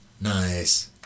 Nice